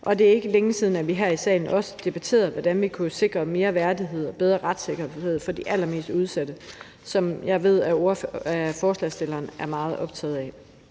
Og det er ikke længe siden, at vi her i salen også debatterede, hvordan vi kunne sikre mere værdighed og bedre retssikkerhed for de allermest udsatte, som jeg ved at forslagsstillerne er meget optaget af.